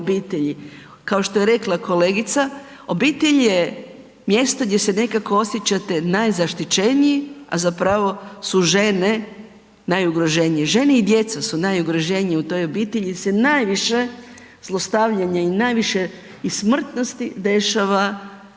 kao što je rekla kolegica, obitelj je mjesto gdje se nekako osjećate najzaštićeniji, a zapravo su žene najugroženije, žene i djeca su najugroženiji u toj obitelji gdje se najviše zlostavljanja i najviše i smrtnosti dešava bez